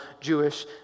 Jewish